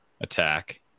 attack